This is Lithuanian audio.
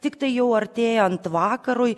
tiktai jau artėjant vakarui